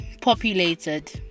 populated